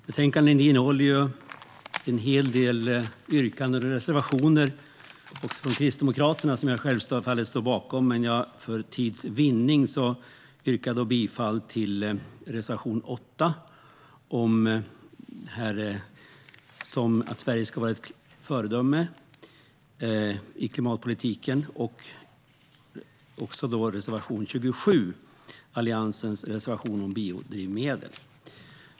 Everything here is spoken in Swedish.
Betänkandet innehåller en hel del yrkanden och reservationer också från Kristdemokraterna som jag självfallet står bakom, men för tids vinnande yrkar jag bifall endast till reservation 8 om att Sverige ska vara ett föredöme i klimatpolitiken och till Alliansens reservation 27 om biodrivmedel.